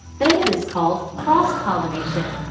then it is called cross pollination.